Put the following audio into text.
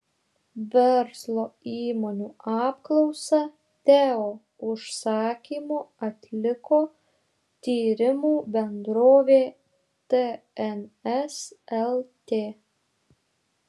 verslo įmonių apklausą teo užsakymu atliko tyrimų bendrovė tns lt